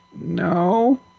no